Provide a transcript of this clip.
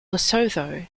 lesotho